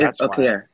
Okay